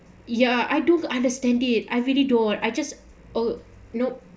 ya I do understand it I really don't I just oh nope